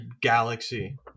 galaxy